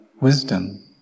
wisdom